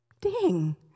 ding